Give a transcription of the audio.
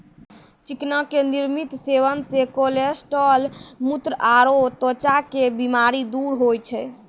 चिकना के नियमित सेवन से कोलेस्ट्रॉल, मुत्र आरो त्वचा के बीमारी दूर होय छै